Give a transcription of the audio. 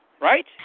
right